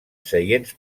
seients